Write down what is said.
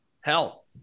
hell